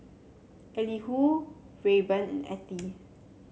Elihu Rayburn and Ethie